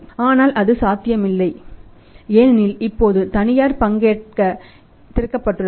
ஆனால் அது சாத்தியமில்லை ஏனெனில் இப்பொழுது தனியார் பங்கேற்க திறக்கப்பட்டுள்ளது